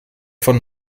von